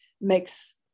makes